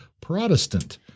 Protestant